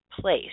place